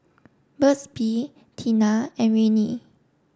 Burt's Bee Tena and Rene